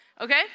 okay